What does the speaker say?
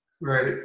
Right